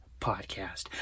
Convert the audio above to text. podcast